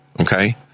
Okay